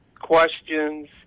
questions